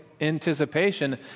anticipation